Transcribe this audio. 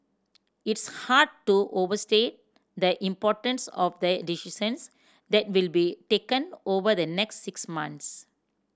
it's hard to overstate the importance of the decisions that will be taken over the next six months